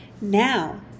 Now